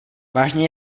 vážně